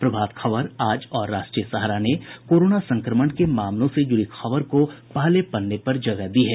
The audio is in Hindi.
प्रभात खबर आज और राष्ट्रीय सहारा ने कोरोना संक्रमण के मामलों से जुड़ी खबर को पहले पन्ने पर जगह दी है